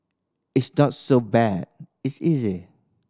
it's not so bad it's easy